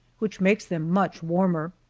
which makes them much warmer.